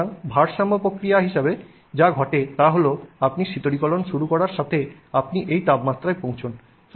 সুতরাং ভারসাম্য প্রক্রিয়া হিসাবে যা ঘটে তা হল আপনি শীতলীকরণ শুরু করার সাথে আপনি এই তাপমাত্রায় পৌঁছান